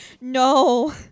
no